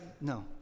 no